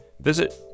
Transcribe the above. Visit